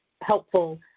helpful